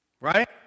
Right